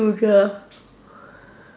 usual